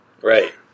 right